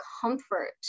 comfort